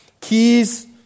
keys